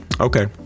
Okay